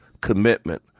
commitment